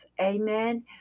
amen